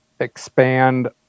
expand